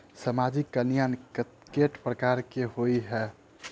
सामाजिक कल्याण केट प्रकार केँ होइ है?